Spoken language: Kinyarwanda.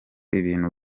ibintu